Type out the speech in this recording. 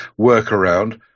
workaround